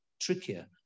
trickier